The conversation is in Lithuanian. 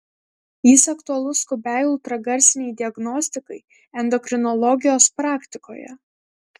jis aktualus skubiai ultragarsinei diagnostikai endokrinologijos praktikoje